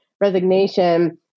resignation